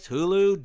Hulu